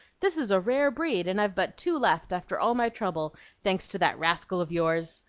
this is a rare breed, and i've but two left after all my trouble, thanks to that rascal of yours!